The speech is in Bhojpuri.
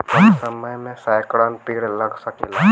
कम समय मे सैकड़न पेड़ लग सकेला